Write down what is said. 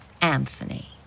Anthony